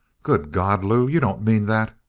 good god, lew! you don't mean that!